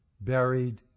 buried